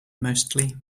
mostly